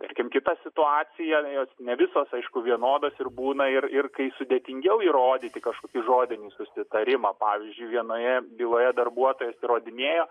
tarkim kita situacija jos ne visos aišku vienodos ir būna ir ir kai sudėtingiau įrodyti kažkokį žodinį susitarimą pavyzdžiui vienoje byloje darbuotojas įrodinėjo